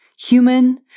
Human